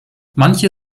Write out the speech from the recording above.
manche